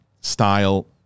style